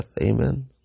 Amen